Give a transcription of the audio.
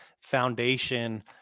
foundation